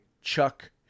Chuck